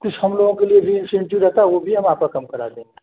कुछ हम लोगों के लिए भी इन्सेंटिव रहता है वह भी हम आपका कम करा देंगे